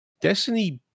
Destiny